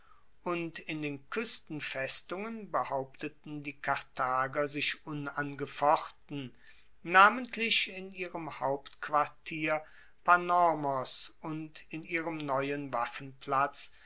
und in den kuestenfestungen behaupteten die karthager sich unangefochten namentlich in ihrem hauptquartier panormos und in ihrem neuen waffenplatz